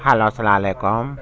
hello السلام علیکم